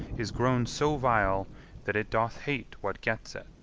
is grown so vile that it doth hate what gets it.